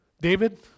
David